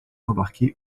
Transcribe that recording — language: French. embarqués